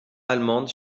allemandes